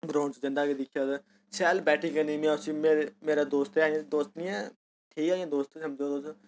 ground च जंदा बी दिक्खे दा ऐ शैल बैटिंग करनी इ'यां में उ'सी मेरा दोस्त ऐ दोस्त निं ऐ इ'यां जे दोस्त गै समझो तुस